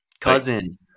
Cousin